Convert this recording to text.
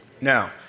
Now